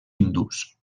hindús